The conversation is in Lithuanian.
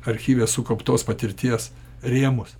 archyve sukauptos patirties rėmus